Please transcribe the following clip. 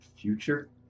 Future